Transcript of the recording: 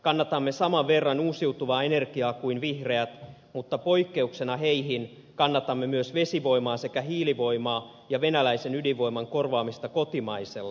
kannatamme saman verran uusiutuvaa energiaa kuin vihreät mutta poikkeuksena heihin kannatamme myös vesivoimaa sekä hiilivoiman ja venäläisen ydinvoiman korvaamista kotimaisella